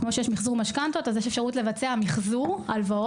כמו שיש מחזור משכנתא יש גם אפשרות לבצע מחזור הלוואה.